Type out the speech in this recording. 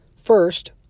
First